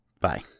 Bye